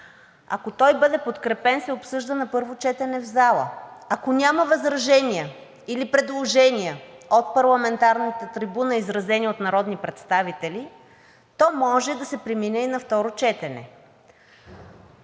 ако той бъде подкрепен, се обсъжда на първо четене в залата, ако няма възражения или предложения от парламентарната трибуна, изразени от народни представители, то може да се премине и на второ четене.